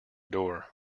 door